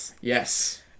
Yes